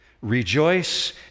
Rejoice